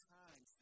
time